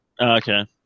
Okay